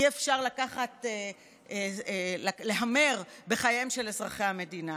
אי-אפשר להמר על חייהם של אזרחי המדינה.